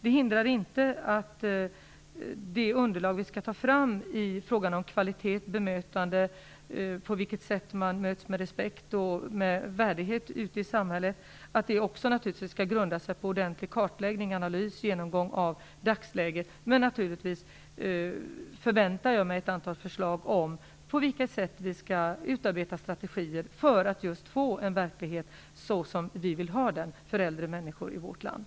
Det hindrar inte att det underlag som vi skall ta fram i frågan om kvalitet och bemötande, på vilket sätt man möts med respekt och med värdighet ute i samhället, också skall grunda sig på en ordentlig kartläggning, analys och genomgång av dagsläget. Men naturligtvis förväntar jag mig ett antal förslag om på vilket sätt vi skall utarbeta strategier för att just få en verklighet som vi vill ha den för äldre människor i vårt land.